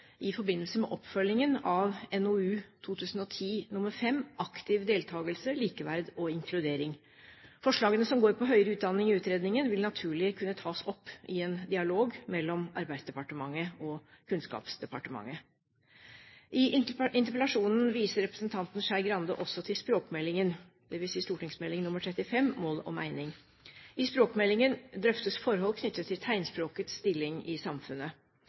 i forbindelse med oppfølgingen av NOU 2010:5 Aktiv deltakelse, likeverd og inkludering. Forslagene som går på høyere utdanning i utredningen, vil naturlig kunne tas opp i en dialog mellom Arbeidsdepartementet og Kunnskapsdepartementet. I interpellasjonen viser representanten Skei Grande også til språkmeldingen, dvs. St.meld. nr. 35 for 2007–2008 Mål og meining. I språkmeldingen drøftes forhold knyttet til tegnspråkets stilling i samfunnet.